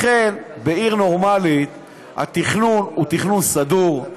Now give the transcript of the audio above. בעיר נורמלית התכנון הוא תכנון סדור,